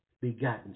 begotten